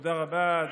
תודה רבה.